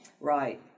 Right